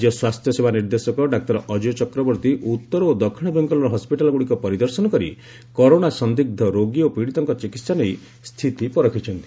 ରାଜ୍ୟ ସ୍ୱାସ୍ଥ୍ୟସେବା ନିର୍ଦ୍ଦେଶକ ଡାକ୍ତର ଅଜୟ ଚକ୍ରବର୍ତ୍ତୀ ଉତ୍ତର ଓ ଦକ୍ଷିଣ ବେଙ୍ଗଲ୍ର ହସ୍କିଟାଲ୍ଗ୍ରଡ଼ିକ ପରିଦର୍ଶନ କରି କରୋନା ସନ୍ଦିଗ୍ର ରୋଗୀ ଓ ପୀଡ଼ିତଙ୍କ ଚିକିତ୍ସା ନେଇ ସ୍ଥିତି ପରଖିଛନ୍ତି